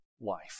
life